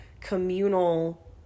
communal